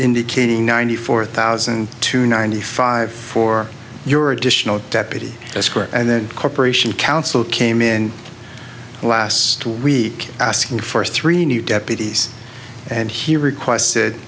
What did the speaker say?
indicating ninety four thousand to ninety five for your additional deputy escort and then corporation counsel came in the last two week asking for three new deputies and he requested